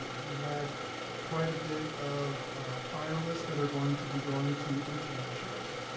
we had quite a bit of finalists that are going to be going to internationals,